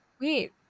Wait